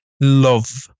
love